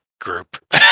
group